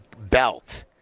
belt